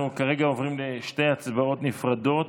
אנחנו כרגע עוברים לשתי הצבעות נפרדות: